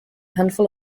handful